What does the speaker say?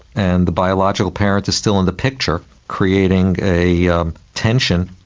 and the biological parent is still in the picture, creating a um tension,